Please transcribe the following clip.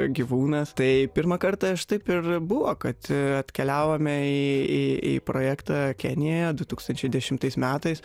gyvūnas tai pirmą kartą aš taip ir buvo kad atkeliavome į į į projektą kenijoje du tūkstančiai dešimtais metais